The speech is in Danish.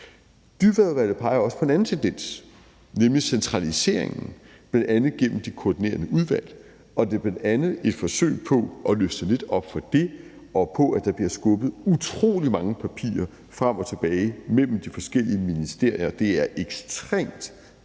Dybvadudvalget peger også på en anden tendens, nemlig centraliseringen, bl.a. gennem de koordinerende udvalg. Og det er bl.a. et forsøg på at løsne lidt op for det og på, at der bliver skubbet utrolig mange papirer frem og tilbage mellem de forskellige ministerier. Det er ekstremt